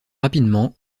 rapidement